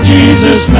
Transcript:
Jesus